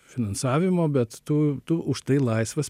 finansavimo bet tu tu už tai laisvas